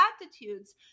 attitudes